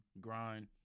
grind